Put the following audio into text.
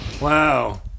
Wow